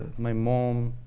my mom.